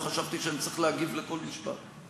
לא חשבתי שאני צריך להגיב לכל משפט.